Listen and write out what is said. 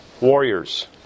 warriors